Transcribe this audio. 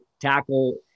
tackle